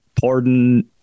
pardon